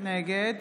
נגד